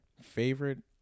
favorite